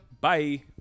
bye